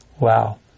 Wow